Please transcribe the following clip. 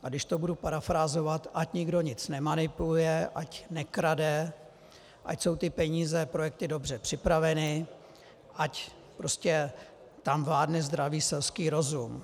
A když to budu parafrázovat, ať nikdo nic nemanipuluje, ať nekrade, ať jsou ty peníze a projekty dobře připraveny, ať tam vládne zdravý selský rozum.